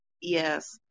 yes